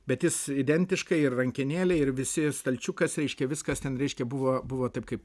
bet jis identiškai ir rankenėlė ir visi stalčiukas reiškia viskas ten reiškia buvo buvo taip kaip